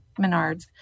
Menards